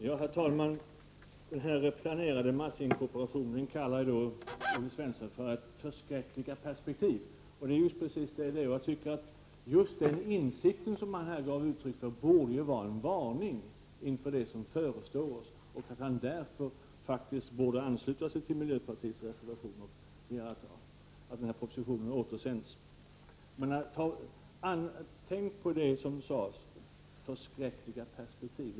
Herr talman! Denna planerade massinkorporation kallar Olle Svensson för förskräckliga perspektiv. Det är just precis vad det är. Jag tycker att den insikt som han här gav uttryck för borde vara en varning inför det som förestår oss och att han därför borde ansluta sig till miljöpartiets reservation och begära att denna proposition återsänds. Tänk på det som sades — ”förskräckliga perspektiv”!